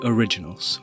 Originals